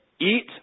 eat